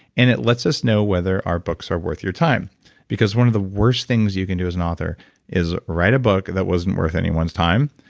and it lets us know whether our books are worth your time because one of the worst things you can do as an author is write a book that wasn't worth anyone's time.